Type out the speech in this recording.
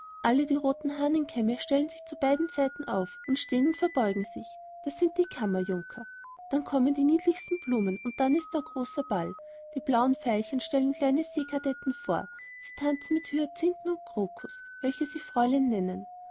alle die roten hahnenkämme stellen sich zu beiden seiten auf und stehen und verbeugen sich das sind die kammerjunker dann kommen die niedlichsten blumen und dann ist da großer ball die blauen veilchen stellen kleine seekadetten vor sie tanzen mit hyacinthen und crocus welche sie fräulein nennen